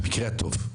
במקרה הטוב.